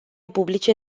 publice